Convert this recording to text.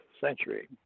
century